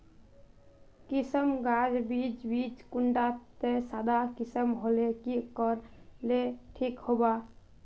किसम गाज बीज बीज कुंडा त सादा किसम होले की कोर ले ठीक होबा?